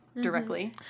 directly